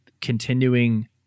continuing